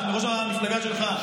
מראש המפלגה שלך,